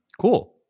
Cool